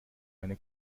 eine